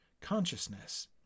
consciousness